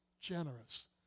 generous